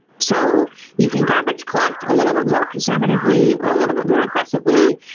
so you can garbage collect a little bit more conservatively or a little bit more aggressively.